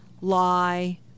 lie